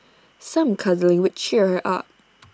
some cuddling would cheer her up